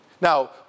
Now